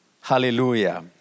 Hallelujah